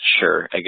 sure